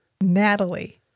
Natalie